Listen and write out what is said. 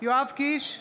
יואב קיש,